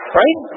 right